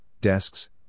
desks